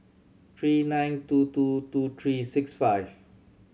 three nine two two two three six five